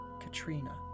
Katrina